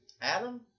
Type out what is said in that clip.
Adam